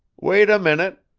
wait a minute.